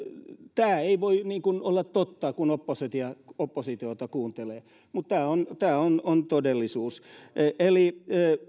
tämä ei voi olla totta kun oppositiota oppositiota kuuntelee mutta tämä on on todellisuus eli